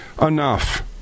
enough